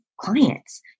clients